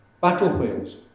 Battlefields